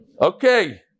Okay